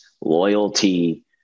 loyalty